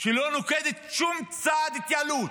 שלא נוקטת שום צעד התייעלות.